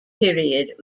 period